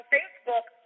Facebook